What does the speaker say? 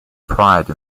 pride